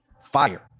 fire